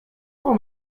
pull